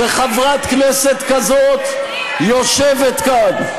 שחברת כנסת כזאת יושבת כאן.